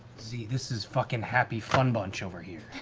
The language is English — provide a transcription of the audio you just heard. z, this is fucking happy fun bunch over here.